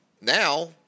now